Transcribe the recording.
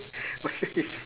it's